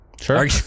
Sure